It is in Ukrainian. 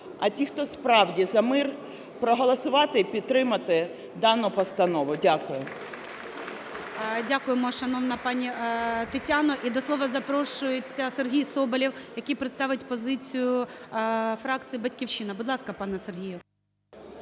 а ті, хто справді за мир, проголосувати і підтримати дану постанову. Дякую. ГОЛОВУЮЧИЙ. Дякуємо, шановна пані Тетяно. І до слова запрошується Сергій Соболєв, який представить позицію фракції "Батьківщина". Будь ласка, пане Сергію.